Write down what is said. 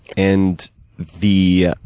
and the,